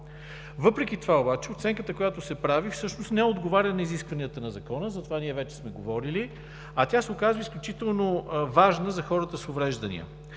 Въпреки това обаче оценката, която се прави, всъщност не отговаря на изискванията на Закона – за това ние вече сме говорили, а тя се оказва изключително важна за хората с увреждания.